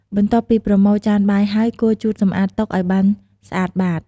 បន្ទាប់ពីប្រមូលចានបាយហើយ គួរជូតសម្អាតតុឱ្យបានស្អាតបាត។